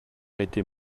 était